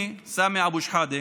אני, סמי אבו שחאדה,